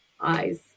eyes